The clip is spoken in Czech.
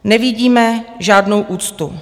Nevidíme žádnou úctu.